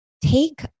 take